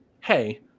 hey